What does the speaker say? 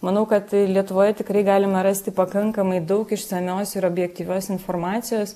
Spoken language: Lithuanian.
manau kad lietuvoje tikrai galima rasti pakankamai daug išsamios ir objektyvios informacijos